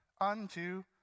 unto